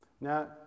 Now